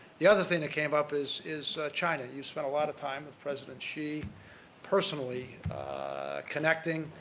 the other thing that came up is is china. you've spent a lot of time with president xi personally connecting.